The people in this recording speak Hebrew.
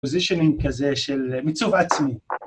פוזישיונים כזה של מיצוב עצמי.